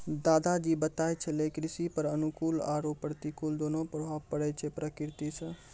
दादा जी बताय छेलै कृषि पर अनुकूल आरो प्रतिकूल दोनों प्रभाव पड़ै छै प्रकृति सॅ